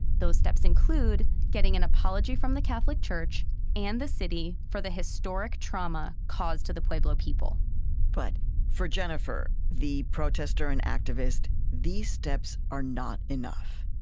those steps include getting an apology from the catholic church and the city for the historic trauma caused to the pueblo people but for jennifer, the protester and activist, these steps are not enough.